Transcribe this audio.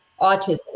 autism